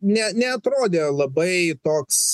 ne ne neatrodė labai toks